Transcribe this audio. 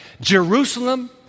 Jerusalem